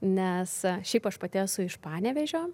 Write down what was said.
nes šiaip aš pati esu iš panevėžio